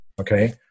Okay